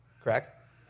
Correct